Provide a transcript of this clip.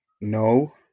no